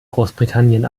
großbritannien